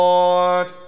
Lord